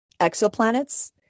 exoplanets